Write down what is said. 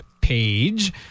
page